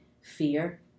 fear